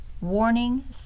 warning